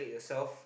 soft